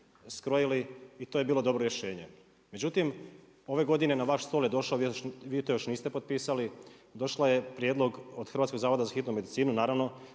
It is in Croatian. skrojili i to je bilo dobro rješenje. Međutim, ove godine na vaš stol je došlo, vi još to niste potpisali, došao je prijedlog od Hrvatskog zavoda za hitnu medicinu, naravno,